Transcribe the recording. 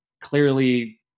clearly